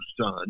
son